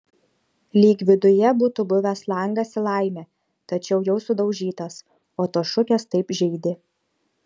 lyg viduje būtų buvęs langas į laimę tačiau jau sudaužytas o tos šukės taip žeidė